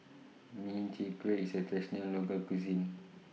Min Chiang Kueh IS A Traditional Local Cuisine